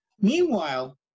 Meanwhile